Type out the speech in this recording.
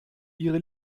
ihre